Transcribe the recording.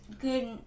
good